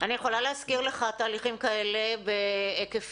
אני יכולה להזכיר לך תהליכים כאלה בהיקפים,